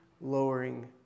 lowering